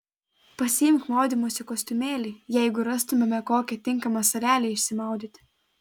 pasiimk maudymosi kostiumėlį jeigu rastumėme kokią tinkamą salelę išsimaudyti